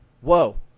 Whoa